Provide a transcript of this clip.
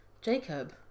Jacob